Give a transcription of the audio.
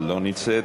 לא נמצאת,